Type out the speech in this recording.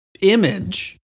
image